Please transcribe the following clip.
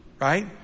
right